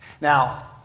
Now